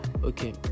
okay